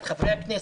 את חברי הכנסת,